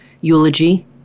eulogy